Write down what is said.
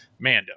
Mando